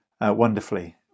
wonderfully